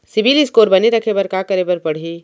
CIBIL score बने रखे बर का करे पड़ही?